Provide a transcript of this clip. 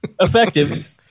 Effective